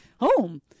home